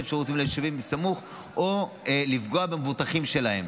שירותים ליישובים סמוכים או לפגוע במבוטחים שלהם?